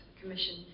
commission